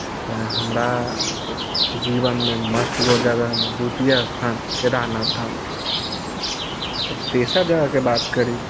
तैँ हमरा जीवनमे मस्ट गो जगहमे द्वितीय स्थान केदार नाथ धामके अइ तेसर जगहके बात करी